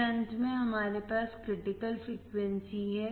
फिर अंत में हमारे पास क्रिटिकल फ्रिकवेंसी है